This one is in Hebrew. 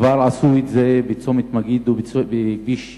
כבר עשו את זה בצומת-מגידו, בכביש